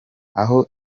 aho